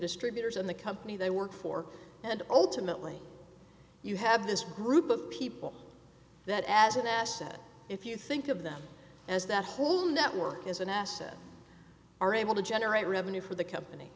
distributors and the company they work for and ultimately you have this group of people that as an asset if you think of them as that whole network is an asset are able to generate revenue for the company